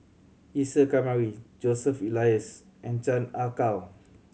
Isa Kamari Joseph Elias and Chan Ah Kow